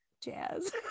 jazz